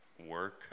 work